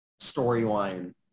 storyline